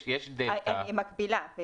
יש --- היא מקבילה,